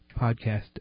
podcast